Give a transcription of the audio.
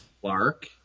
Clark